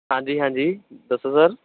ਹਾਂਜੀ ਹਾਂਜੀ ਦੱਸੋ ਸਰ